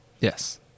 Yes